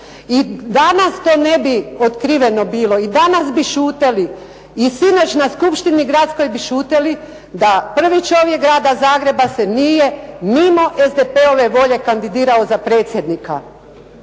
I danas to ne bi otkriveno bilo i danas bi šutjeli, i sinoć na skupštini gradskoj bi šutjeli, da glavni čovjek grada Zagreba se nije mimo SDP-ove volje kandidirao za predsjednika.